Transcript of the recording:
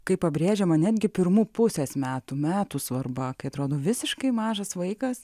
kaip pabrėžiama netgi pirmų pusės metų metų svarba kai atrodo visiškai mažas vaikas